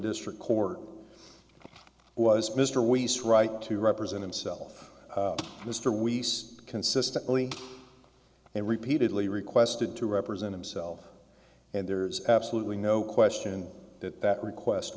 district court was mr wiesel right to represent himself mr we stood consistently and repeatedly requested to represent himself and there's absolutely no question that that request